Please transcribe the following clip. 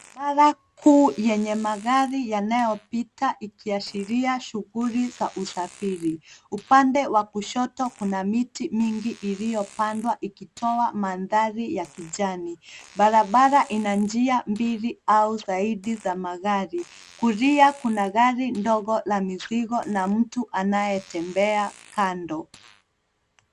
Barabara kuu yenye magari yanayopita ikiashiria shughuli za usafiri. Upande wa kushoto kuna miti mingi iliyopandwa ikitoa mandhari ya kijani. Barabara ina njia mbili au zaidi za magari. Kulia kuna gari ndogo la mizigo na mtu anayetembea kando.